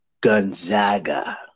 Gonzaga